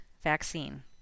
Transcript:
vaccine